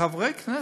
חברי הכנסת,